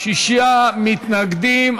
שישה מתנגדים.